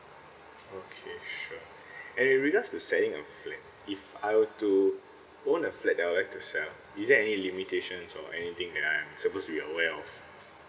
okay sure and in regards to selling a flat if I were to own a flat that I would like to sell is there any limitations or anything that I'm supposed to be aware of